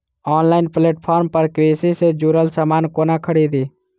Online platform पर कृषि सँ जुड़ल समान कोना खरीदी?